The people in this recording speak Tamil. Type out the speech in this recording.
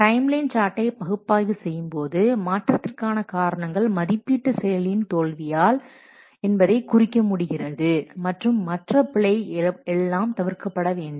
டைம் லைன் சார்ட்டை பகுப்பாய்வு செய்யும்போது மாற்றத்திற்கான காரணங்கள் மதிப்பீட்டு செயலின் தோல்வியால் என்பதை குறிக்க முடிகிறது மற்றும் மற்ற பிழைகள் எல்லாம் தவிர்க்கப்பட வேண்டும்